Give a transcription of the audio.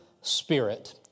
spirit